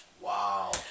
Wow